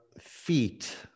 feet